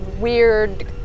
weird